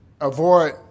avoid